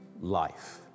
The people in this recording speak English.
life